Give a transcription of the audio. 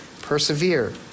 persevere